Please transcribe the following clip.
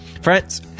friends